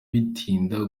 bitinda